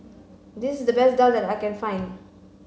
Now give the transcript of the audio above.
this is the best Daal that I can find